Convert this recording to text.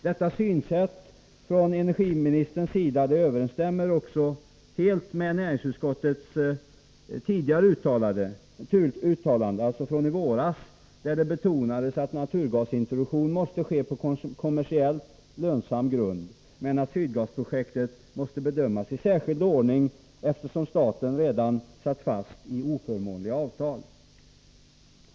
Detta synsätt från energiministerns sida överensstämmer helt med näringsutskottets uttalande i våras, där det betonades att naturgasintroduktion måste ske på kommersiellt lönsam grund, men att Sydgasprojektet måste bedömas i särskild ordning, eftersom staten redan var bunden genom oförmånliga avtal.